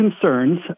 concerns